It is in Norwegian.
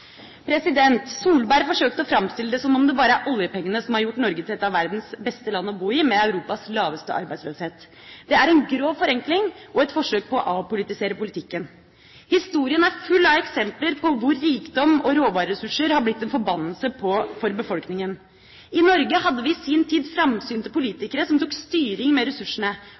Solberg forsøkte å framstille det som om det bare er oljepengene som har gjort Norge til et av verdens beste land å bo i, med Europas laveste arbeidsløshet. Det er en grov forenkling og et forsøk på å avpolitisere politikken. Historien er full av eksempler på land hvor rikdom og råvareressurser har blitt en forbannelse for befolkninga. I Norge hadde vi i sin tid framsynte politikere som tok styring med ressursene,